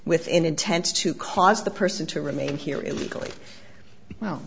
with an intent to cause the person to remain here illegally well